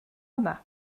yma